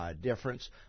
difference